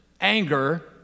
anger